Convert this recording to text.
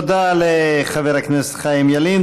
תודה לחבר הכנסת חיים ילין.